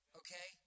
okay